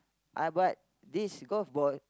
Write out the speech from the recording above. I but this golf ball